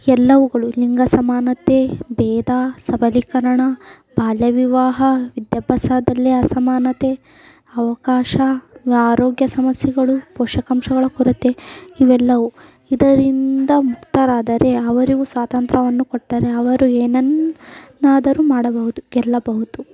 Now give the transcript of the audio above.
ಎಲ್ಲವುಗಳು ಲಿಂಗಸಮಾನತೆ ಭೇದ ಸಬಲೀಕರಣ ಬಾಲ್ಯವಿವಾಹ ವಿದ್ಯಾಭ್ಯಾಸದಲ್ಲಿ ಅಸಮಾನತೆ ಅವಕಾಶ ಆರೋಗ್ಯ ಸಮಸ್ಯೆಗಳು ಪೋಷಕಾಂಶಗಳ ಕೊರತೆ ಇವೆಲ್ಲವು ಇದರಿಂದ ಮುಕ್ತರಾದರೆ ಅವರಿಗೂ ಸ್ವಾತಂತ್ರ್ಯವನ್ನು ಕೊಟ್ಟರೆ ಅವರು ಏನನ್ನಾದರೂ ಮಾಡಬಹುದು ಗೆಲ್ಲಬಹುದು